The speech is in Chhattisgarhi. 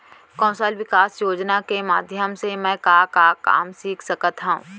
कौशल विकास योजना के माधयम से मैं का का काम सीख सकत हव?